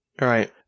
Right